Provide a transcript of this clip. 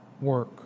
work